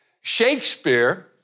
Shakespeare